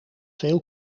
veel